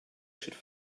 should